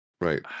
Right